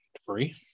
Free